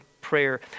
prayer